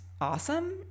awesome